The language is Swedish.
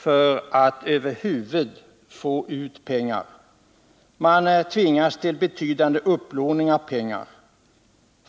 för att över huvud taget få ut pengar. De värnpliktiga tvingas till betydande upplåning av pengar.